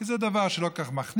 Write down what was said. כי זה דבר שלא כל כך מכניס,